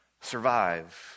survive